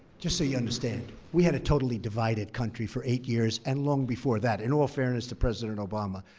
just so you understand, we had a totally divided country for eight years, and long before that, in all fairness to president obama.